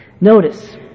Notice